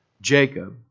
Jacob